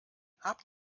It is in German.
habt